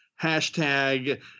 Hashtag